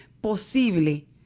posible